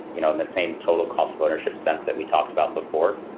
you know and the same total cost of ownership sense that we talked about before.